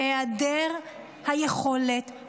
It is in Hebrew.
בהיעדר היכולת,